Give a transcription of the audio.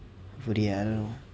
hopefully lah I don't know